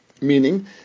Meaning